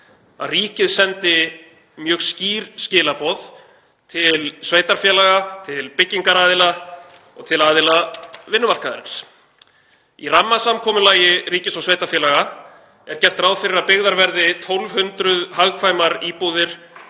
að ríkið sendi mjög skýr skilaboð til sveitarfélaga, byggingaraðila og aðila vinnumarkaðarins. Í rammasamkomulagi ríkis og sveitarfélaga er gert ráð fyrir að byggðar verði 1.200 hagkvæmar íbúðir